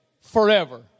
forever